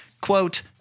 quote